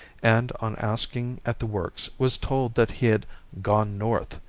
and on asking at the works was told that he had gone north,